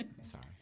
Sorry